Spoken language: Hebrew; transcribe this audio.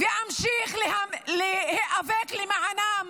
ואמשיך להיאבק למענם